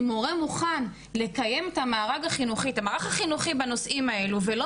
אם מורה מוכן לקיים את המערך הנוכחי בנושאים האלה ולא